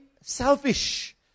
selfish